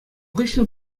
хыҫҫӑн